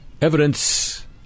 evidence